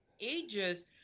ages